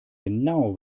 genau